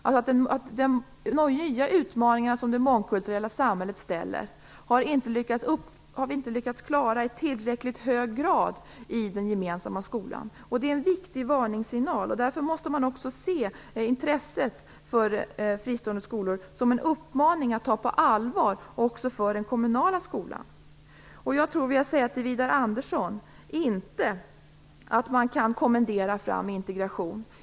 De nya utmaningar som det mångkulturella samhället ställer har vi inte lyckats klara i tillräckligt hög grad i den gemensamma skolan. Det är en viktig varningssignal. Därför måste man också se intresset för fristående skolor som en uppmaning att ta på allvar också för den kommunala skolan. Jag vill säga till Widar Andersson att jag inte tror att man kan kommendera fram integration.